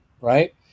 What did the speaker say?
Right